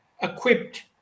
equipped